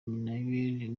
minaert